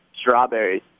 strawberries